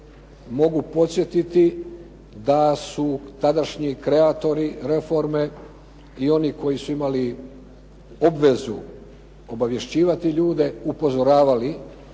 mogu podsjetiti da su tadašnji kreatori reforme i oni koji su imali obvezu obavješćivati ljude upozoravali